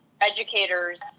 educators